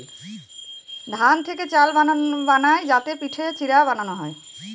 ধান থেকে চাল বানায় তাকে পিটে চিড়া বানানো হয়